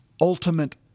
ultimate